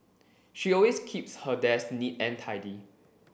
she always keeps her desk neat and tidy